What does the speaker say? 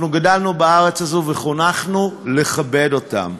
אנחנו גדלנו בארץ הזו וחונכנו לכבד אותם.